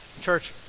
Church